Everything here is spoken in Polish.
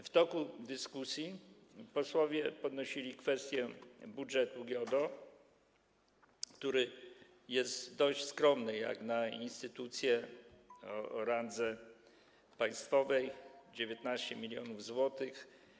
W toku dyskusji posłowie podnosili kwestię budżetu GIODO, który jest dość skromny jak na instytucję rangi państwowej - 19 mln zł.